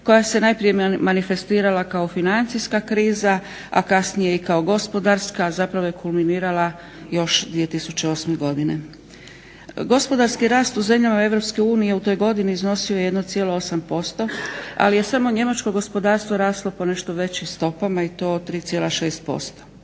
koja se najprije manifestirala kao financijska kriza, a kasnije kao i gospodarska, a zapravo je kulminirala još 2008. godine. Gospodarski rast u zemljama EU u toj godini iznosio je 1,8% ali je samo njemačko gospodarstvo raslo po nešto većim stopama i to od 3,6%.